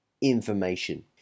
information